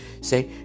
say